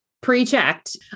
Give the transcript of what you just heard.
pre-checked